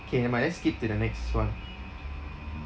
K never mind let's skip to the next [one]